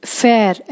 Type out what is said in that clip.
fair